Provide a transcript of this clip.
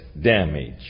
damage